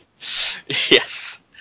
Yes